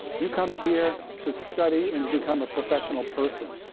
you come here to study and to become a professional person,